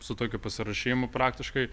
su tokiu pasiruošimu praktiškai